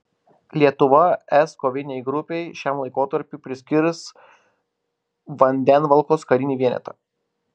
lietuva es kovinei grupei šiam laikotarpiui priskirs vandenvalos karinį vienetą